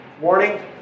morning